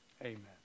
Amen